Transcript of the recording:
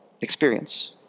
experience